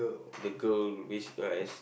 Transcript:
the girl which as